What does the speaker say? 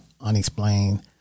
unexplained